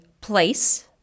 place